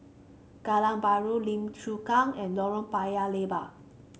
Geylang Bahru Lim Chu Kang and Lorong Paya Lebar